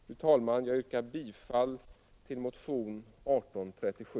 Fru talman! Jag ber att få yrka bifall till motionen 1837.